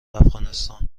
افغانستان